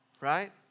Right